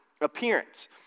appearance